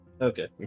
okay